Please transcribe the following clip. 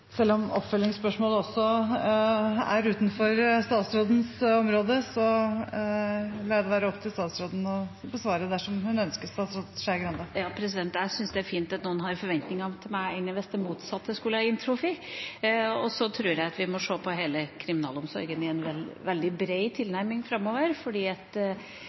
Selv om tilleggsspørsmålet også er utenfor statsrådens område, lar jeg det være opp til statsråden å besvare det dersom hun ønsker. Jeg syns det er bedre at noen har forventninger til meg, enn hvis det motsatte skulle vært tilfellet. Jeg tror vi framover må se på hele kriminalomsorgen og ha en veldig